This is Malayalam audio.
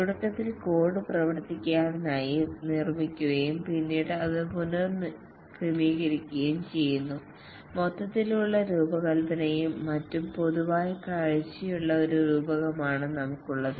തുടക്കത്തിൽ കോഡ് പ്രവർത്തിക്കാനായി നിർമ്മിക്കുകയും പിന്നീട് അത് പുനർക്രമീകരിക്കുകയും ചെയ്യുന്നു മൊത്തത്തിലുള്ള രൂപകൽപ്പനയും മറ്റും പൊതുവായ കാഴ്ചയുള്ള ഒരു രൂപകമാണ് നമുക്കുള്ളത്